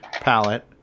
palette